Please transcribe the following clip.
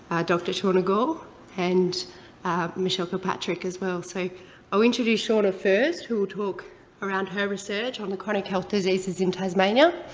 doctor seana gall and michelle kilpatrick as well. so i'll introduce seana first, who will talk around her research on the chronic health diseases in tasmania.